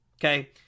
Okay